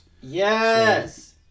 Yes